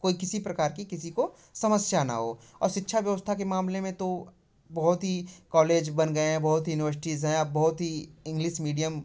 कोई किसी प्रकार कि किसी को समस्या न हो औ शिक्षा व्यवस्था के मामले में तो बहुत ही कौलेज बन गए हैं बहुत ही इनवर्सिटीज़ हैं आ बहुत ही इंग्लिस मीडियम